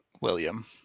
William